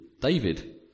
David